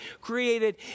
created